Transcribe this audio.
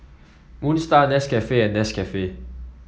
Moon Star Nescafe and Nescafe